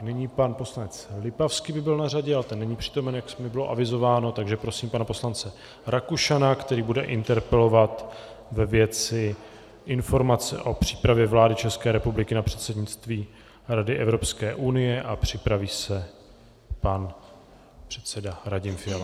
Nyní pan poslanec Lipavský by byl na řadě, ale není přítomen, jak mi bylo avizováno, takže prosím pana poslance Rakušana, který bude interpelovat ve věci informace o přípravě vlády České republiky na předsednictví Rady Evropské unie, a připraví se pan předseda Radim Fiala.